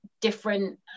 different